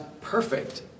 perfect